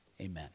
Amen